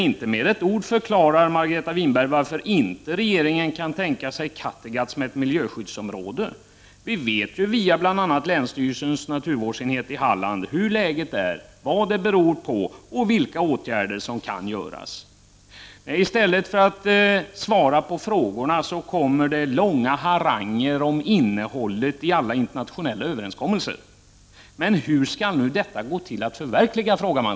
Inte med ett ord förklarar Margareta Winberg varför regeringen inte kan tänka sig Kattegatt som ett miljöskyddsområde. Vi vet, bl.a. via länsstyrelsens naturvårdsenhet i Halland, hur läget är, vad det beror på och vilka åtgärder som kan vidtas. I stället för svar på frågorna kommer det långa haranger om innehållet i internationella överenskommelser. Men hur skall det nu gå till att förverkliga dessa?